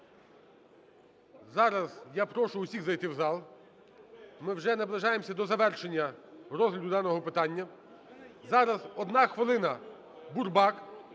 зараз я прошу усіх зайти в зал. Ми вже наближаємося до завершення розгляду даного питання. Зараз, одна хвилина, Бурбак.